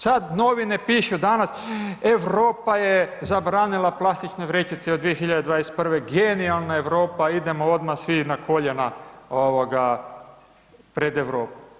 Sada novine pišu danas, Europa je zabranila plastične vrećice od 2021. genijalna Europa, idemo odmah svi na koljena pred Europu.